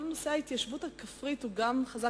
כל נושא ההתיישבות הכפרית הוא גם חזק,